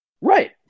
Right